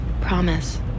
Promise